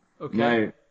Okay